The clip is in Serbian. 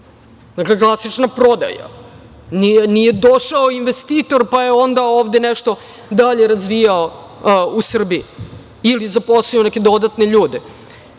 Klasična prodaja. Nije došao investitor pa je onda ovde nešto dalje razvijao u Srbiji ili zaposlio neke dodatne ljude. Godine